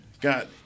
got